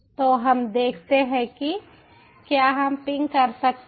तो हम देखते हैं कि क्या हम पिंग कर सकते हैं